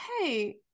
hey